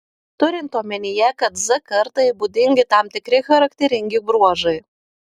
turint omenyje kad z kartai būdingi tam tikri charakteringi bruožai